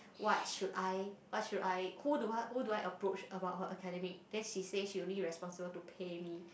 what should I what should I who do I who do I approach about her academic then she say she only responsible to pay me